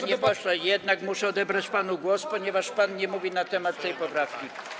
Panie pośle, jednak muszę odebrać panu głos, ponieważ pan nie mówi na temat tej poprawki.